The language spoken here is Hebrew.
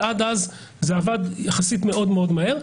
אבל עד אז זה עבד יחסית מאוד מאוד מהר.